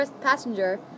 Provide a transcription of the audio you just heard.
passenger